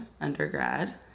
undergrad